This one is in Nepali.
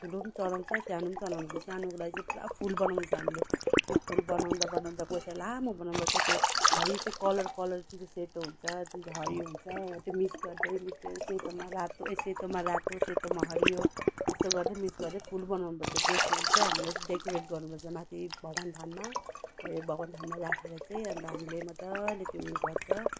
ठुलो चढाउँछ सानो चढाउँछ सानोको लागि चाहिँ पुरा फुल बनाउनु पर्छ हामीले त्यो फुल बनाउँदा बनाउँदा कसै लामो बनाउनु पर्छ त्यो हरियो त्यो कलर कलर जुन चाहिँ सेतो हुन्छ जुन चाहिँ हरियो हुन्छ हो त्यो मिक्स गर्दै त्यो सेतोमा रातो ए सेतोमा रातो सेतोमा हरियो यसो गर्दै मिक्स गर्दै फुल बनाउनु पर्छ त्यो फुल चाहिँ हामीले चाहिँ डेकोरेट गर्नु पर्छ माथि भगवान् थानमा हो यो भगवान् थानमा राखेर चाहिँ अन्त हामीले मजाले त्यो उयो गर्छ